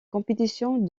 compétitions